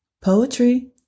Poetry